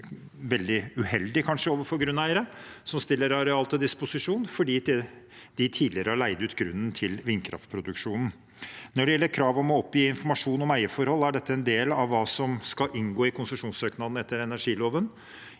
eller egentlig veldig uheldig kanskje overfor grunneiere som stiller areal til disposisjon, fordi de tidligere har leid ut grunnen til vindkraftproduksjonen. Når det gjelder krav om å oppgi informasjon om eierforhold, er dette en del av hva som skal inngå i konsesjonssøknaden etter energiloven.